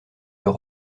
leur